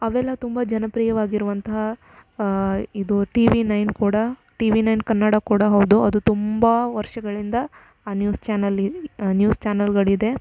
ಅವೆಲ್ಲ ತುಂಬ ಜನಪ್ರಿಯವಾಗಿರುವಂತಹ ಇದು ಟಿ ವಿ ನೈನ್ ಕೂಡ ಟಿ ವಿ ನೈನ್ ಕನ್ನಡ ಕೂಡ ಹೌದು ಅದು ತುಂಬ ವರ್ಷಗಳಿಂದ ಆ ನ್ಯೂಸ್ ಚಾನಲ್ ನ್ಯೂಸ್ ಚಾನಲ್ಗಳಿದೆ